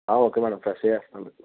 okay madam ఫ్రెష్వే అన్ని పండ్లు